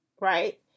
right